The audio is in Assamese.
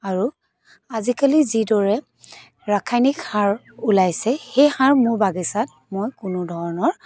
আৰু আজিকালি যিদৰে ৰাসায়নিক সাৰ ওলাইছে সেই সাৰ মোৰ বাগিচাত মই কোনো ধৰণৰ